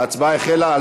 ההצבעה החלה.